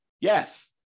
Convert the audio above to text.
Yes